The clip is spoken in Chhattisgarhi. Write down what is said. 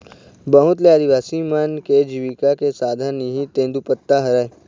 बहुत ले आदिवासी मन के जिविका के साधन इहीं तेंदूपत्ता हरय